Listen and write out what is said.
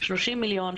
30 מיליון,